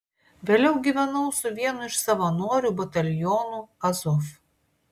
vėliau gyvenau su vienu iš savanorių batalionų azov